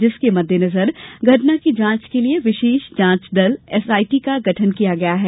जिसके मद्देनजर घटना की जांच के लिए विशेष जांच दल एसआईटी का गठन किया गया है